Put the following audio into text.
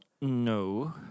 No